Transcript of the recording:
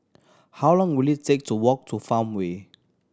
how long will it take to walk to Farmway